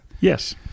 yes